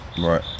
Right